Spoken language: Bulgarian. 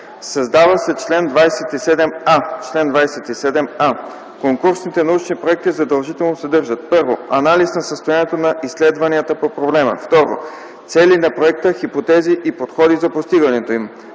Създава се чл. 27а: „Чл. 27а. Конкурсните научни проекти задължително съдържат: 1. анализ на състоянието на изследванията по проблема; 2. цели на проекта, хипотези и подходи за постигането им;